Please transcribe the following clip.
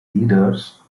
leaders